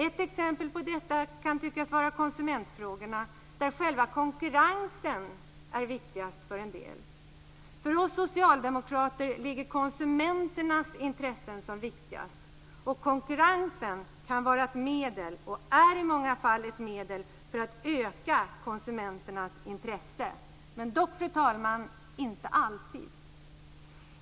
Ett exempel på detta kan tyckas vara konsumentfrågorna. Själva konkurrensen är viktigast för en del. För oss socialdemokrater är konsumenternas intressen viktigast. Konkurrensen kan vara ett medel, och är i många fall ett medel, för att öka konsumenternas intresse - men, fru talman, inte alltid.